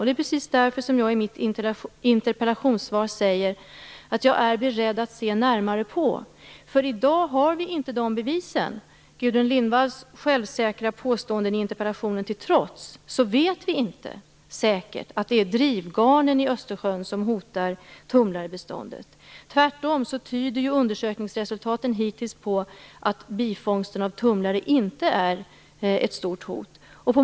Det är precis därför jag i mitt interpellationssvar säger att jag är beredd att se närmare på detta. I dag har vi inte dessa bevis. Gudrun Lindvalls självsäkra påståenden i interpellationen till trots vet vi inte säkert att det är drivgarnen i Östersjön som hotar tumlarebeståndet. Tvärtom tyder ju undersökningsresultaten hittills på att bifångsten av tumlare inte är ett stort hot.